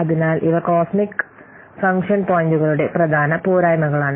അതിനാൽ ഇവ cosmic function പോയിന്റുകളുടെ പ്രധാന പോരായ്മകളാണ്